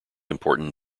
important